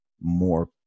more